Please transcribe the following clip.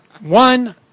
One